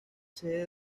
sede